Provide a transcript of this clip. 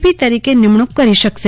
પી તરીકે નિમણુક કરી શકશે